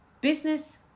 Business